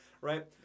Right